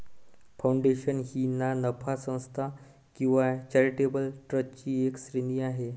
foundation ही ना नफा संस्था किंवा चॅरिटेबल ट्रस्टची एक श्रेणी आहे